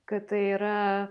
kad tai yra